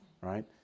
right